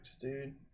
dude